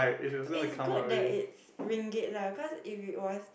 is good that is ringgit lah cause if we was